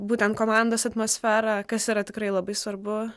būtent komandos atmosfera kas yra tikrai labai svarbu